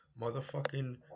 motherfucking